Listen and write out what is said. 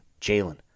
Jalen